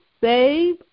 save